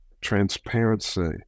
transparency